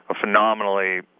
phenomenally